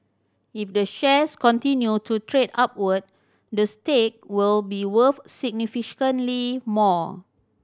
if the shares continue to trade upward the stake will be worth significantly more